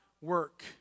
work